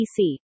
PC